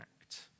act